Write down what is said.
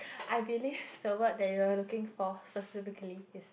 I believe its the word that you are looking for specifically is